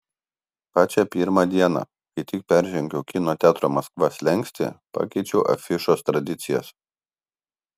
pačią pirmą dieną kai tik peržengiau kino teatro maskva slenkstį pakeičiau afišos tradicijas